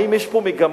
האם יש פה מגמה?